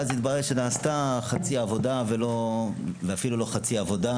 ואז התברר שנעשתה חצי עבודה ואפילו לא חצי עבודה,